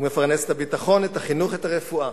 הוא מפרנס את הביטחון, את החינוך את הרפואה.